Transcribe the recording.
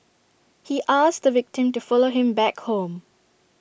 he asked the victim to follow him back home